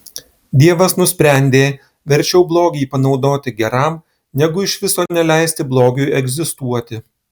dievas nusprendė verčiau blogį panaudoti geram negu iš viso neleisti blogiui egzistuoti